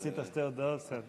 עשית שתי הודעות, בסדר.